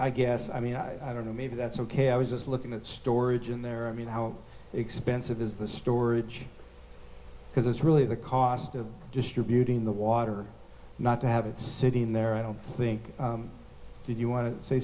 i guess i mean i don't know maybe that's ok i was just looking at storage in there i mean how expensive is the storage because it's really the cost of distributing the water not to have it sitting there i don't think you want to